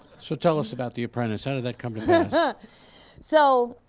so tell us about the apprentice. how did that come to yeah and so